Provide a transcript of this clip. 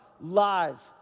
lives